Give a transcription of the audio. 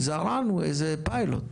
זרענו איזה פיילוט.